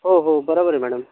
हो हो बराबर आहे मॅडम